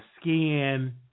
skin